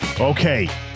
okay